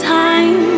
time